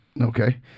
Okay